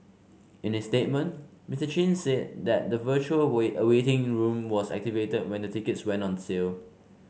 in his statement Mister Chin said that the virtual wait a waiting room was activated when the tickets went on sale